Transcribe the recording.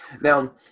now